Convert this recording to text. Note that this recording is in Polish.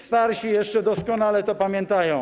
Starsi jeszcze doskonale to pamiętają.